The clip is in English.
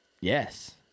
Yes